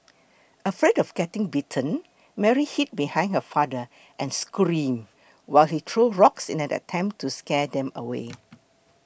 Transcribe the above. afraid of getting bitten Mary hid behind her father and screamed while he threw rocks in an attempt to scare them away